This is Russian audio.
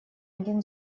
один